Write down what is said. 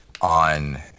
on